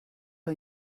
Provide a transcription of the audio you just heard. are